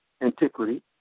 antiquity